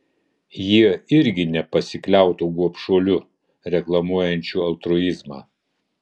jie irgi nepasikliautų gobšuoliu reklamuojančiu altruizmą